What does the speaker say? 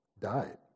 died